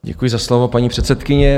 Děkuji za slovo, paní předsedkyně.